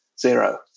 zero